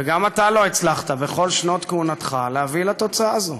וגם אתה לא הצלחת בכל שנות כהונתך להביא לתוצאה הזאת.